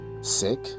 sick